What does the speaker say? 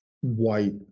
white